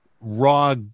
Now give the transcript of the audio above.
raw